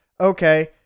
Okay